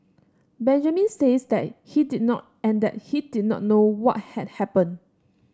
Benjamin says that he did not and that he did not know what had happened